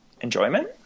enjoyment